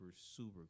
super